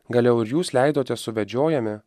gal jau ir jūs leidotės suvedžiojami